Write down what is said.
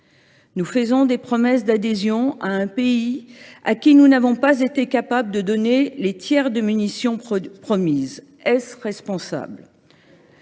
Nous faisons des promesses d’adhésion à un pays à qui nous n’avons pas été capables de donner le tiers des munitions que nous lui avons promises. Est ce responsable ?